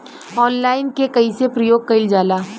Online के कइसे प्रयोग कइल जाला?